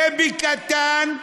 זה בקטן,